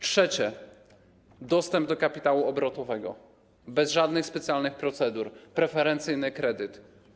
Trzecie - dostęp do kapitału obrotowego bez żadnych specjalnych procedur, preferencyjny kredyt.